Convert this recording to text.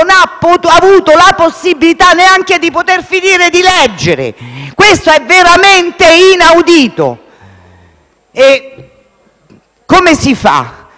non ha avuto la possibilità neanche di finire di leggere. Questo è veramente inaudito. Come si fa?